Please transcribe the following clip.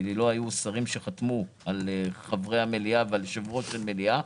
כי לא היו שרים שחתמו על חברי המליאה ועל יושב-ראש של מליאה,